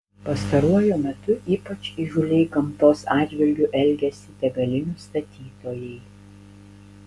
pastaruoju metu ypač įžūliai gamtos atžvilgiu elgiasi degalinių statytojai